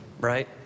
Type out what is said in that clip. right